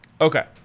Okay